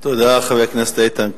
תודה, חבר הכנסת איתן כבל.